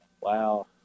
Wow